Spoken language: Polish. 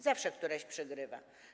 Zawsze któraś przegrywa.